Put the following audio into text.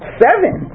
seven